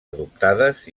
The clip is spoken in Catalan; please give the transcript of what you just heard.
adoptades